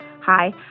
Hi